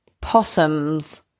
possums